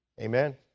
Amen